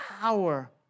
power